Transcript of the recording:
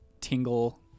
tingle